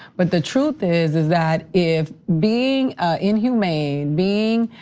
but the truth is, is that if being inhumane, being